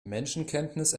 menschenkenntnis